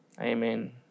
amen